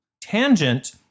Tangent